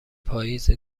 پاییز